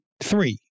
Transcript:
Three